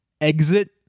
exit